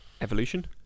evolution